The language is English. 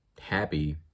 happy